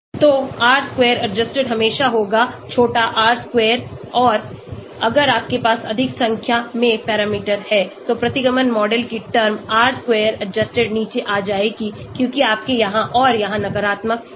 तो R square adjusted हमेशा होगा R square और अगर आपके पास अधिक संख्या में पैरामीटर हैं तो प्रतिगमन मॉडल की टर्म R square adjusted नीचे आ जाएगी क्योंकि आपके यहां और यहां नकारात्मक हैं